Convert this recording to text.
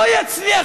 לא יצליח